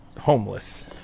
homeless